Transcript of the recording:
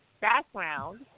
background